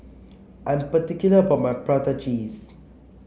I'm particular about my Prata Cheese